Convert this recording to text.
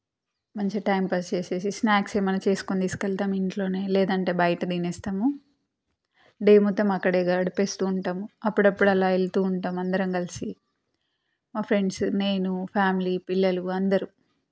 మంచి time pass చేసేసి snacks ఏమైనా చేసుకోని తీసుకెళ్తాం ఇంట్లోనే లేదంటే బయట తినేస్తాము డే మొత్తం అక్కడే గడిపేస్తుంటాము అప్పుడప్పుడు అలా వెళ్తూ ఉంటాం అందరం కలిసి మా ఫ్రెండ్స్ నేను ఫ్యామిలీ పిల్లలు అందరూ